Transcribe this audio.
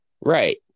Right